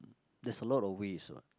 there's a lot of ways what